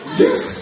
yes